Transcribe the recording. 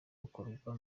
bukorwa